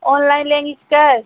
online लेंगी कि cash